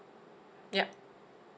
yup